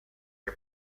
che